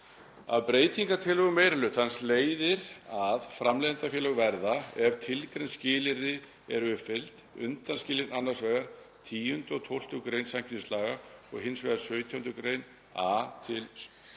Af breytingartillögum meiri hlutans leiðir að framleiðendafélög verða, ef tilgreind skilyrði eru uppfyllt, undanskilin annars vegar 10. og 12. gr. samkeppnislaga og hins vegar 17. gr. a til 15.